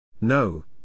No